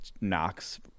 knocks